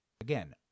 Again